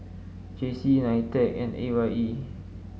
J C Nitec and A Y E